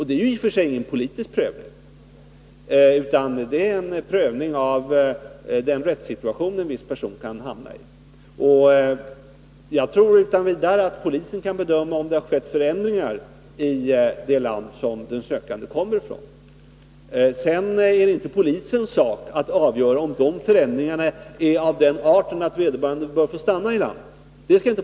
Det är i och för sig ingen politisk prövning utan en prövning av den rättssituation som en viss person kan hamna i. Jag tror att polisen utan vidare kan bedöma om det har skett förändringar i det land som sökanden kommer ifrån, men sedan är det inte polisens sak att avgöra om de förändringarna är av den arten att vederbörande bör få stanna här i landet.